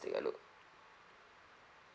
take a look